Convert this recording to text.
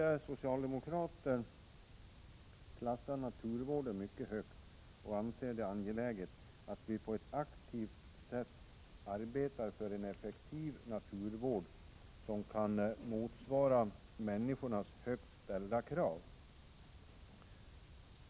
Vi socialdemokrater klassar naturvården mycket högt och anser det angeläget att vi på ett aktivt sätt arbetar för en effektiv naturvård, som kan motsvara människors högt ställda krav.